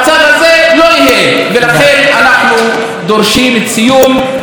אנחנו דורשים את סיום כהונתה מוקדם ככל האפשר.